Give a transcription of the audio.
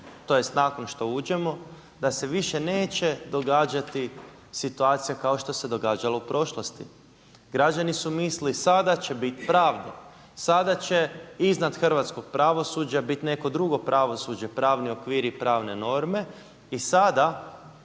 tj. nakon što uđemo, da se više neće događati situacija kao što se događalo u prošlosti. Građani su mislili sada će biti pravde, sada će iznad hrvatskog pravosuđa biti neko drugo pravosuđe, pravni okviri i pravne norme i sada